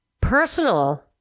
personal